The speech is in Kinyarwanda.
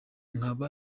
nkaba